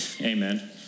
Amen